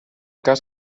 cas